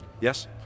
Yes